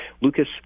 Lucas